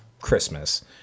Christmas